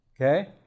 Okay